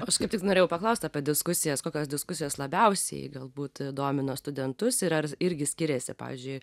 aš kaip tik norėjau paklaust apie diskusijas kokios diskusijos labiausiai galbūt domino studentus ir ar irgi skiriasi pavyzdžiui